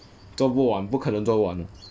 做不完不可能做完